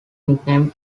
nickname